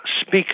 speak